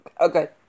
Okay